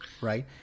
Right